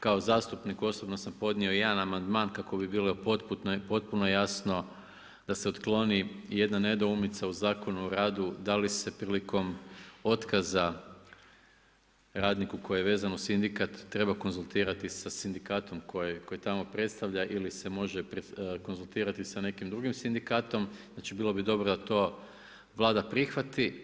Kao zastupnik osobno sam podnio jedan amandman kako bi bilo potpuno jasno da se otkloni jedna nedoumica u Zakonu o radu da li se prilikom otkaza radniku koji je vezan uz sindikat treba konzultirati sa sindikatom koji tamo predstavlja ili se može konzultirati sa nekim drugim sindikatom, znači bilo bi dobro da to Vlada prihvati.